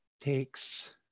takes